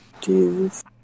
Jesus